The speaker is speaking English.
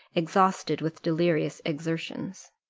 exhausted with delirious exertions